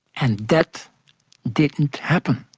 and that didn't happen,